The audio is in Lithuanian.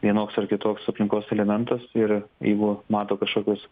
vienoks ar kitoks aplinkos elementas ir jeigu mato kašokius